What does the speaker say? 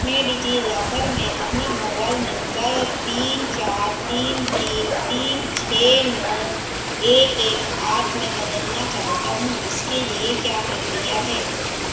मैं डिज़िलॉकर में अपना मोबाइल नम्बर तीन चार तीन तीन तीन छह नौ एक एक आठ में बदलना चाहता हूँ इसके लिए क्या प्रक्रिया है